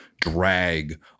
Drag